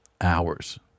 hours